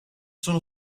sono